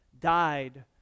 died